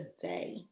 today